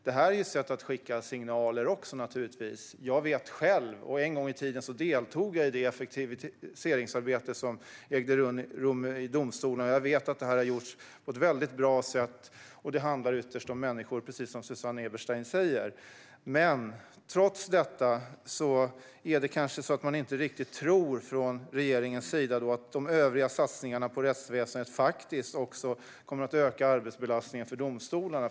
Detta är naturligtvis också ett sätt att skicka signaler. Jag deltog själv en gång i tiden i det effektiviseringsarbete som ägde rum i domstolarna och vet att detta har gjorts på ett väldigt bra sätt. Det handlar ytterst om människor, precis som Susanne Eberstein säger, men trots detta är det kanske så att man från regeringens sida inte riktigt tror att de övriga satsningarna på rättsväsendet kommer att öka arbetsbelastningen för domstolarna.